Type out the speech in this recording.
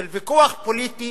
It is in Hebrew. של ויכוח פוליטי,